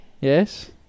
Yes